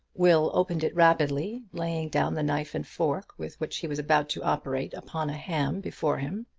will opened it rapidly, laying down the knife and fork with which he was about to operate upon a ham before him.